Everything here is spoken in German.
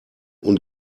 und